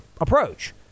approach